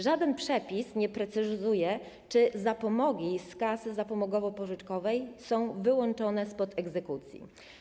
Żaden przepis nie precyzuje, czy zapomogi z kasy zapomogowo-pożyczkowej są wyłączone spod egzekucji.